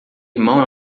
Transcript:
irmão